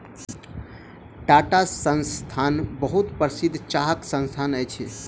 टाटा संस्थान बहुत प्रसिद्ध चाहक संस्थान अछि